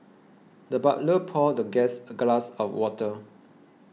the butler poured the guest a glass of water